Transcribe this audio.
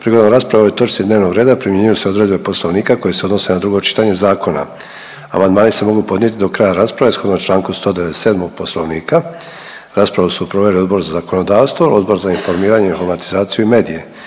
Prigodom rasprave o ovoj točci dnevnog reda primjenjuju se odredbe poslovnika koje se odnose na drugo čitanje zakona. Amandmani se mogu podnijeti do kraja rasprave shodno čl. 197. poslovnika. Raspravu su proveli Odbor za zakonodavstvo i Odbor za informiranje, informatizaciju i medije